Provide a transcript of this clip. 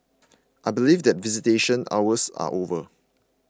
I believe that visitation hours are over